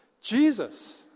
Jesus